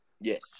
Yes